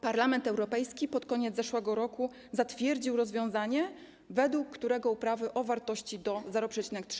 Parlament Europejski pod koniec zeszłego roku zatwierdził rozwiązanie, według którego uprawy o wartości do 0,3%